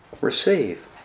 Receive